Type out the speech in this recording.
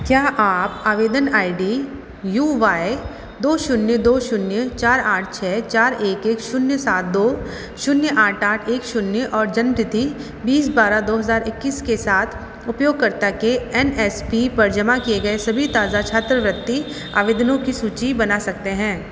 क्या आप आवेदन आई डी यू वाए दो शून्य दो शून्य चार आठ छ चार एक एक शून्य सात दो शून्य आठ आठ एक शून्य और जन्म तिथि बीस बारह दो हज़ार इक्कीस के साथ उपयोगकर्ता के एन एस पी पर जमा किए गए सभी ताज़ा छात्रवृत्ति आवेदनों की सूची बना सकते हैं